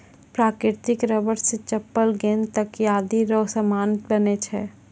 प्राकृतिक रबर से चप्पल गेंद तकयादी रो समान बनै छै